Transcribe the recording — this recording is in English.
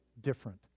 different